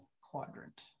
quadrant